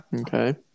Okay